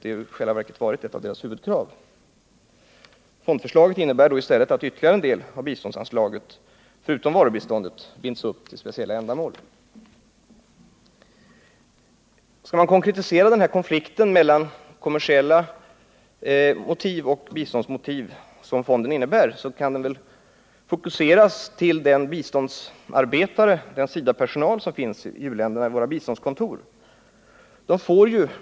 Detta är i själva verket ett av deras huvudkrav. Fondförslaget innebär i stället att ytterligare en del av biståndsanslaget, förutom varubiståndet, binds för speciella ändamål. Skall man konkretisera den här konflikten mellan kommersiella motiv och biståndsmotiv, kan den väl fokuseras till den SIDA-personal som finns i u-länderna på våra biståndskontor.